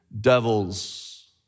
devils